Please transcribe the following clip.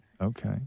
Okay